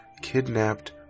kidnapped